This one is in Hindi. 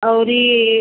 और ई